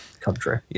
country